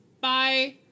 bye